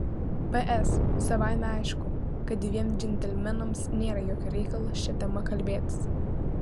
ps savaime aišku kad dviem džentelmenams nėra jokio reikalo šia tema kalbėtis